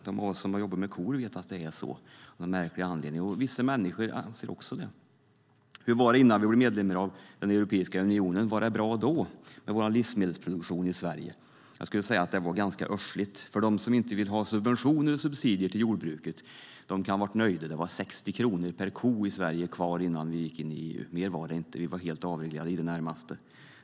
De av oss som har jobbat med kor vet att det av någon märklig anledning är så, och för vissa människor också. Hur var det innan vi blev medlemmar av Europeiska unionen? Var det bra med vår livsmedelsproduktion i Sverige då? Jag skulle säga att det var ganska uschligt. De som inte vill ha subventioner till jordbruket kan ha varit nöjda. Det var 60 kronor per ko i Sverige innan vi gick med i EU. Mer var det inte. Vi var i det närmaste helt avreglerade.